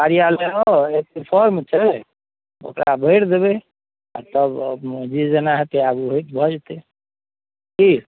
कार्यालय आउ एहिके फॉर्म छै ओकरा भरि देबै आओर तब अप जे जेना हेतै आगू होइत भऽ जेतै की